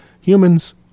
humans